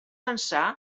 ençà